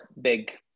big